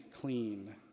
clean